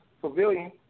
Pavilion